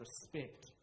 respect